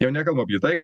jau nekalbu apie tai